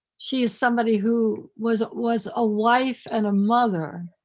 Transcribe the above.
she is somebody who was was a wife and a mother,